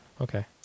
Okay